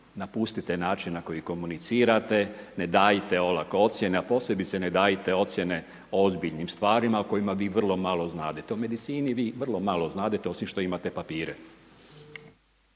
napustite način na koji komunicirate. Ne dajte olako ocjene, a posebice ne dajte ocjene o ozbiljnim stvarima o kojima vi vrlo malo znadete. O medicini vi vrlo malo znadete osim što imate papire.